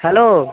hello